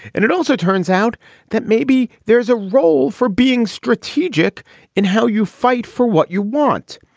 and it also turns out that maybe there is a role for being strategic in how you fight for what you want.